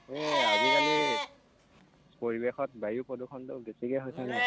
এই আজিকালি পৰিৱেশত বায়ু প্ৰদূষণটো বেছিকে হৈছে ন